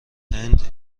هند